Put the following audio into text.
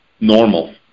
normal